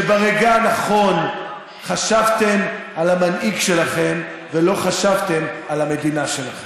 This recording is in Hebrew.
שברגע הנכון חשבתם על המנהיג שלכם ולא חשבתם על המדינה שלכם.